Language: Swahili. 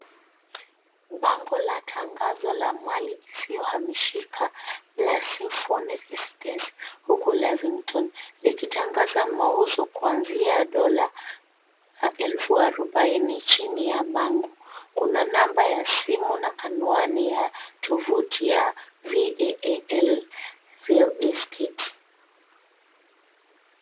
Bango la tangazo la mali isiyohamishika la Symphony Residence huko Lavington likitangaza mauzo kuanzia $40,000. Chini ya bango kuna namba ya simu na anwani ya tovuti ya vaal estate .